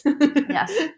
Yes